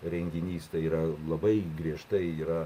renginys tai yra labai griežtai yra